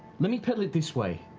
let me put it this way.